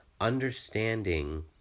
understanding